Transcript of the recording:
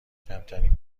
کمترین